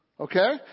Okay